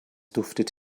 duftet